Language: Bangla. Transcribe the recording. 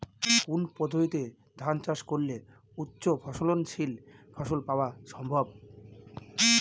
কোন পদ্ধতিতে ধান চাষ করলে উচ্চফলনশীল ফসল পাওয়া সম্ভব?